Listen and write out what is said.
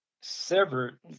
severed